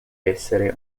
bessere